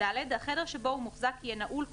(ד)החדר שבו הוא מוחזק יהיה נעול,